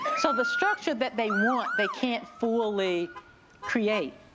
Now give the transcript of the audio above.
so the structure that they want, they can't fully create.